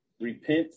repent